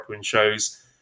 shows